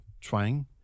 trying